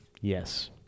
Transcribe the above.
Yes